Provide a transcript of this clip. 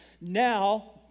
Now